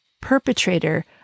perpetrator